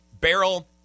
barrel